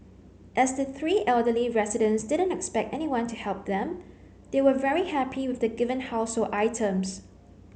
as the three elderly residents didn't expect anyone to help them they were very happy with the given household items